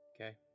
Okay